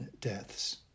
deaths